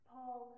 Paul